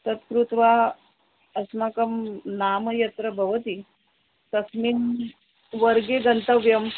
तत् कृत्वा अस्माकं नाम यत्र भवति तस्मिन् वर्गे गन्तव्यम्